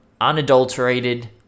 unadulterated